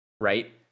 right